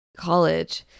college